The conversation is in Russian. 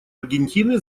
аргентины